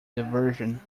diversion